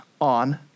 on